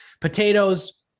Potatoes